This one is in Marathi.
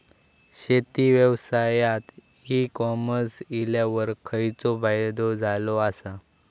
शेती व्यवसायात ई कॉमर्स इल्यावर खयचो फायदो झालो आसा?